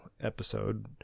episode